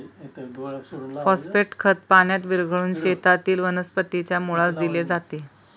phosphate खत पाण्यात विरघळवून शेतातील वनस्पतीच्या मुळास दिले जाते